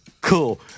Cool